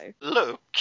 Look